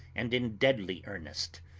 and in deadly earnest.